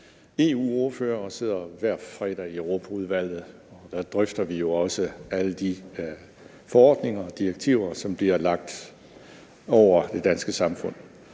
EU-ordfører og sidder hver fredag i Europaudvalget, og der drøfter vi jo også alle de forordninger og direktiver, som bliver lagt ned over det danske samfund.